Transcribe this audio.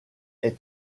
est